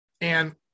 And-